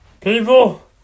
people